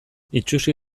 itsusi